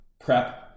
prep